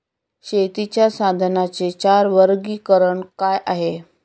शेतीच्या साधनांचे चार वर्गीकरण काय आहे?